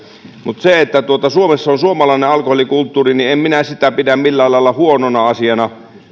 mutta kun suomessa on suomalainen alkoholikulttuuri niin en minä sitä pidä millään lailla huonona asiana